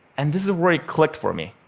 and this is where it clicked for me.